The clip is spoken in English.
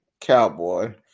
cowboy